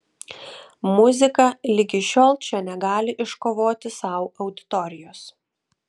muzika ligi šiol čia negali iškovoti sau auditorijos